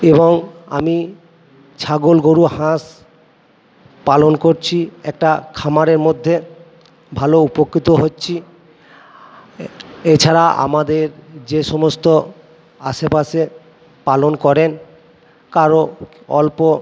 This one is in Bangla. এবং আমি ছাগল গরু হাঁস পালন করছি একটা খামারের মধ্যে ভালো উপকৃত হচ্ছি এছাড়া আমাদের যে সমস্ত আশেপাশে পালন করেন কারোর অল্প